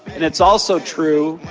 and it's also true,